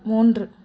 மூன்று